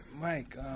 Mike